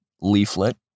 leaflet